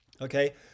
Okay